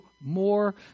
more